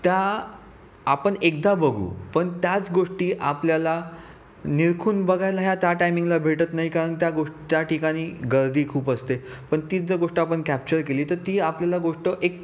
त्या आपण एकदा बघू पण त्याच गोष्टी आपल्याला निरखून बघायला ह्या त्या टाइमिंगला भेटत नाही कारण त्या गोष त्या ठिकाणी गर्दी खूप असते पण तीच जर गोष्ट आपण कॅप्चर केली तर ती आपल्याला गोष्ट एक